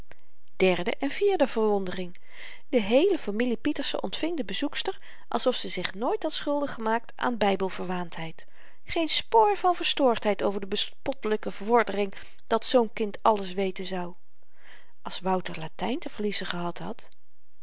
derde en vierde verwondering de heele familie pieterse ontving de bezoekster alsof ze zich nooit had schuldig gemaakt aan bybelverwaandheid geen spoor van verstoordheid over de bespottelyke vordering dat zoo'n kind àlles weten zou als wouter latyn te verliezen gehad had